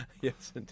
Yes